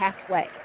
halfway